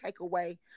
takeaway